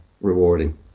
rewarding